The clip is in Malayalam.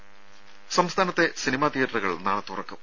ദേദ സംസ്ഥാനത്തെ സിനിമാ തിയേറ്ററുകൾ നാളെ തുറക്കും